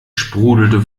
sprudelte